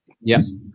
Yes